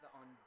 on